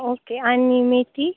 okay आनी मेथी